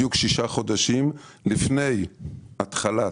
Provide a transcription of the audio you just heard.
בדיוק שישה חודשים לפני התחלת,